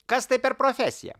kas tai per profesija